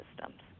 systems